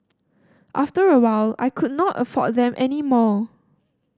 after a while I could not afford them any more